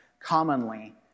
commonly